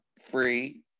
free